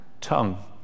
Tongue